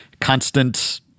constant